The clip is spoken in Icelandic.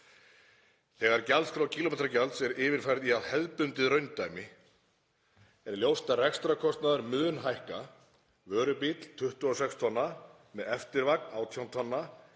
„Þegar gjaldskrá kílómetragjalds er yfirfærð á hefðbundin raundæmi er ljóst að rekstrarkostnaður mun hækka. Vörubíll (26 tonn) með eftirvagn (18 tonn)